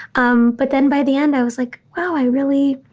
um but then by the end, i was like, wow, i really,